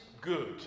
good